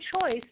choice